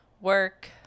work